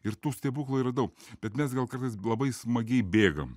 ir tų stebuklų yra daug bet mes gal kartais labai smagiai bėgam